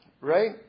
right